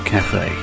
Cafe